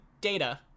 data